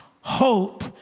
hope